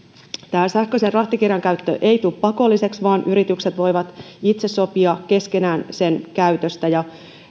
tämä sähköisen rahtikirjan käyttö ei tule pakolliseksi vaan yritykset voivat itse sopia keskenään sen käytöstä ja